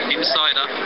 Insider